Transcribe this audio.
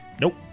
Nope